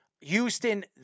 Houston